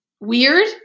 weird